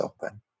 open